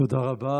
תודה רבה.